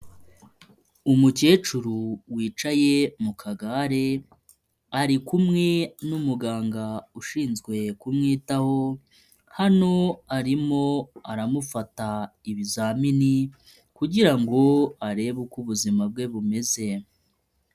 Umukecuru wicaye mu kagare ari kumwe n'umuganga ushinzwe kumwitaho, hano arimo aramufata ibizamini, kugirango arebe uko ubuzima bwe bumeze.